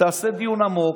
תעשה דיון עמוק,